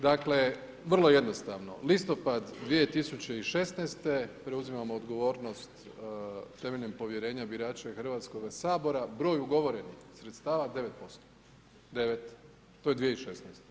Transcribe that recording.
Dakle, vrlo jednostavno listopad 2016. preuzimamo odgovornost temeljem povjerenja birača i Hrvatskoga sabora broj ugovorenih sredstava 9%, 9 to je 2016.